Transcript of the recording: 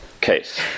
case